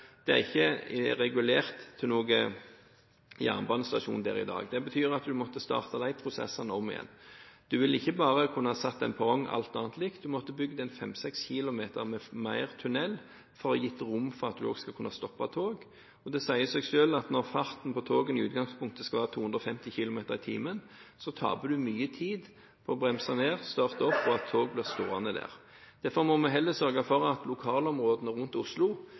måtte ha startet de prosessene om igjen. Man vil ikke bare kunne sette en perrong der og la alt annet forbli likt. Man måtte bygd 5–6 km lenger tunnel for å gi rom for at man også skulle kunne stoppe tog der. Det sier seg selv at når farten på togene i utgangspunktet skal være 250 km/t, taper man mye tid på å bremse ned, starte opp og ved at tog blir stående der. Derfor må man heller sørge for at lokalområdene rundt Oslo